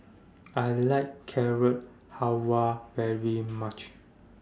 I like Carrot Halwa very much